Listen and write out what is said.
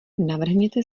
navrhněte